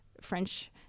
French